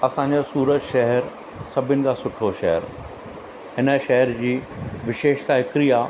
असांजो सूरत शहरु सभिनि खां सुठो शहरु हिन शहर जी विशेषता हिकिड़ी आहे